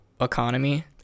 economy